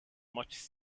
much